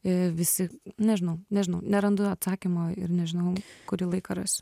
i visi nežinau nežinau nerandu atsakymo ir nežinau kurį laiką rasiu